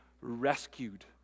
rescued